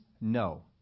no